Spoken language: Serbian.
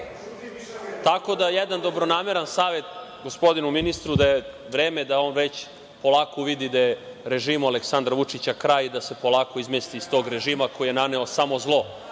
Tako da, jedan dobronameran savet gospodinu ministru, da je vreme da on već polako uvidi da je režimu Aleksandra Vučića kraj i da se polako izmesti iz tog režima koji je naneo samo zlo